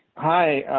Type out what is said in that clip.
hi,